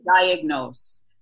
diagnose